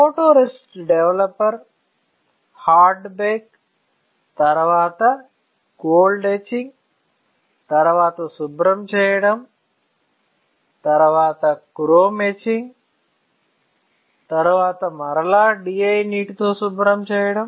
photoresist developer hard bake తరువాత gold etching తరువాత శుభ్రం చేయడం తరువాత క్రోమ్ ఎచింగ్ తరువాత మరల DI నీటితో శుభ్రం చేయడం